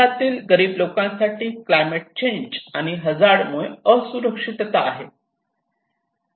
शहरातील गरीब लोकांसाठी क्लायमेट चेंज आणि हजार्ड मुळे असुरक्षितता आहे